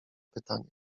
pytanie